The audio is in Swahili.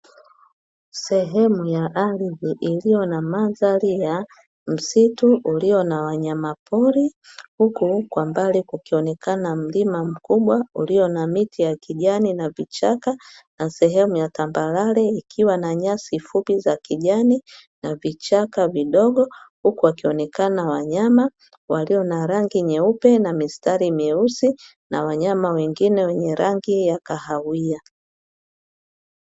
Sehemu ya ardhi iliyo na mandhari ya msitu ulio na wanyama pori, huku kwa mbali kukionekana mlima mkubwa ulio na miti ya kijani na vichaka na sehemu ya tambarare ikiwa na nyasi fupi za kijani na vichaka vidogo, huku wakionekana wanyama walio na rangi nyeupe na mistari meusi na wanyama wengine wenye rangi ya kahawia.